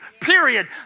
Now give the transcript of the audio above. period